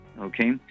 Okay